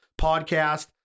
podcast